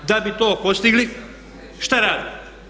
Da bi to postigli, što rade?